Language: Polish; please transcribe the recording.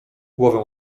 głowę